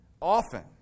Often